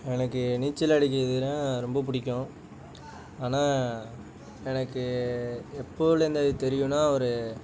எனக்கு நீச்சல் அடிக்கிறதுன்னால் ரொம்ப பிடிக்கும் ஆனால் எனக்கு எப்போதிலருந்து அது தெரியும்னால் ஒரு